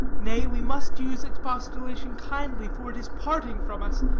nay, we must use expostulation kindly, for it is parting from us.